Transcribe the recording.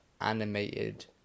animated